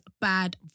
bad